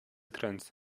trends